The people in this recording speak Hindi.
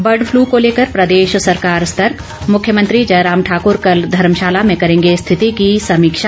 बर्ड फ्लू को लेकर प्रदेश सरकार सतर्क मुख्यमंत्री जयराम ठाकुर कल धर्मशाला में करेंगे स्थिति की समीक्षा